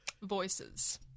Voices